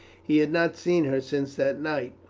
he had not seen her since that night,